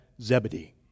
Zebedee